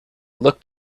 looked